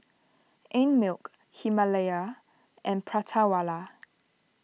Einmilk Himalaya and Prata Wala